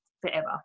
forever